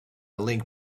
link